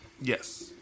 yes